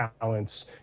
talent's